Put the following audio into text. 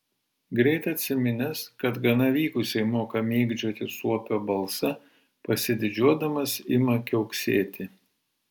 greit atsiminęs kad gana vykusiai moka mėgdžioti suopio balsą pasididžiuodamas ima kiauksėti